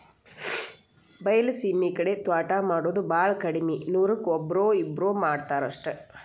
ಬೈಲಸೇಮಿ ಕಡೆ ತ್ವಾಟಾ ಮಾಡುದ ಬಾಳ ಕಡ್ಮಿ ನೂರಕ್ಕ ಒಬ್ಬ್ರೋ ಇಬ್ಬ್ರೋ ಮಾಡತಾರ ಅಷ್ಟ